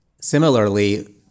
similarly